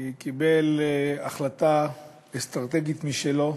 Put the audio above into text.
קיבל החלטה אסטרטגית משלו,